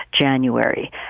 January